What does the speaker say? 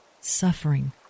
suffering